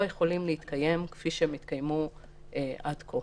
יכולים להתקיים כפי שהם התקיימו עד כה.